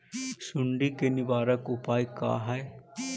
सुंडी के निवारक उपाय का हई?